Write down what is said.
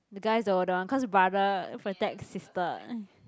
the guys the older one cause brother protects sister